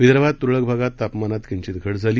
विदर्भात त्रळक भागात तापमानात किंचित घट झाली